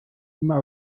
immer